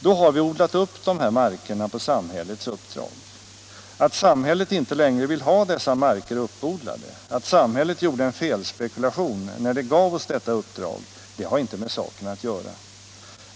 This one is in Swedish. Då har vi odlat upp de här markerna på samhällets uppdrag. Att samhället inte längre vill ha dessa marker uppodlade, att samhället gjorde en felspekulation när det gav oss detta uppdrag — det har inte med saken att göra.